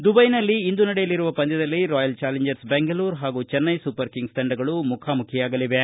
ದುಬೈನಲ್ಲಿ ಇಂದು ನಡೆಯಲಿರುವ ಪಂದ್ಯದಲ್ಲಿ ರಾಯಲ್ ಚಾಲೆಂಜರ್ಸ್ ಬೆಂಗಳೂರು ಹಾಗೂ ಚೆನ್ನೈ ಸೂಪರ್ ಕಿಂಗ್ಸ್ ತಂಡಗಳು ಮುಖಾಮುಖಿಯಾಗಲಿವೆ